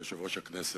ליושב-ראש הכנסת,